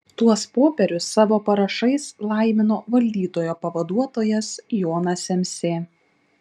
tuos popierius savo parašais laimino valdytojo pavaduotojas jonas semsė